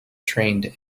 trained